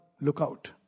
lookout